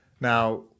Now